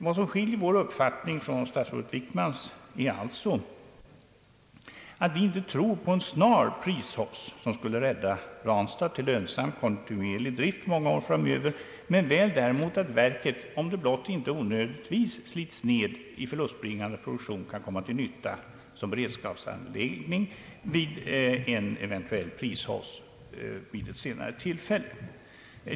Vad som alltså skiljer vår uppfattning från statsrådet Wickmans är att vi inte tror på en snar prishausse som skulle rädda Ranstad till lönsam kontinuerlig drift för många år framöver, men väl däremot tror att verket, om det blott inte onödigtvis slits ned i förlustbringande produktion, kan komma till nytta som beredskapsanläggning vid en eventuell prishausse i ett senare skede.